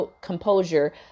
composure